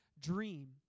dream